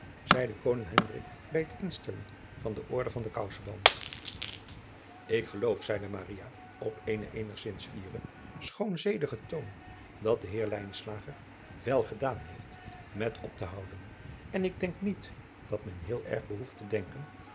zeide koning hendrik bij het instellen van de orde van den kouseband ik geloof zeide maria op eenen eenigzins fieren schoon zedigen toon dat de heer lijnslager wel gedaan heeft met op te houden en ik denk niet dat men heel erg behoeft te denken